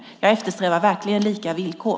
Jag eftersträvar verkligen lika villkor.